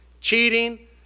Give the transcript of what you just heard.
cheating